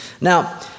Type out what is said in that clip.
Now